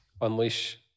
unleash